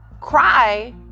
cry